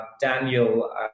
Daniel